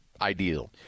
ideal